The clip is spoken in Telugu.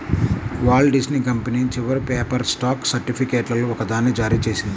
వాల్ట్ డిస్నీ కంపెనీ చివరి పేపర్ స్టాక్ సర్టిఫికేట్లలో ఒకదాన్ని జారీ చేసింది